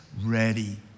ready